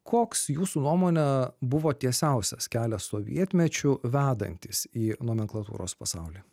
koks jūsų nuomone buvo tiesiausias kelias sovietmečiu vedantis į nomenklatūros pasaulį